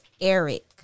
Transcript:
Eric